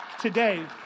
today